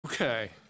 Okay